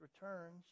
returns